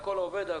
הכול עובד,